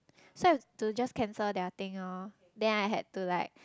so I have to just cancel their thing loh then I had to like